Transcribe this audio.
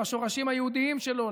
לשורשים היהודיים שלו,